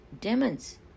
demons